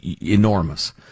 enormous